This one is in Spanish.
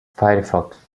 firefox